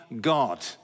God